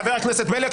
חבר הכנסת בליאק,